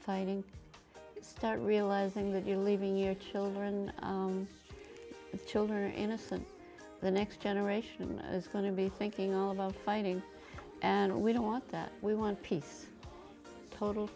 fighting start realizing that you're leaving your children children are innocent the next generation is going to be thinking about fighting and we don't want that we want peace total